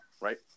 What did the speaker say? right